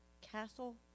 castle